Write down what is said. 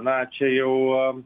na čia jau